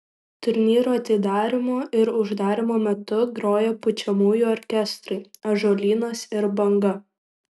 turnyro atidarymo ir uždarymo metu grojo pučiamųjų orkestrai ąžuolynas ir banga